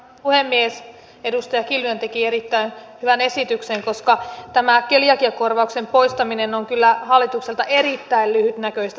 edustaja kiljunen teki erittäin hyvän esityksen koska tämä keliakiakorvauksen poistaminen on kyllä hallitukselta erittäin lyhytnäköistä säästöpolitiikkaa